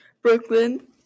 Brooklyn